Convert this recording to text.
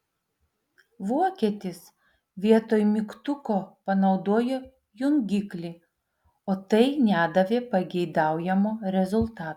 vokietis vietoj mygtuko panaudojo jungiklį o tai nedavė pageidaujamo rezultato